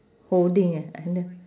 holding eh on the